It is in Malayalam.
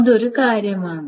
അത് ഒരു കാര്യമാണ്